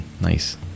Nice